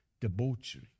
debauchery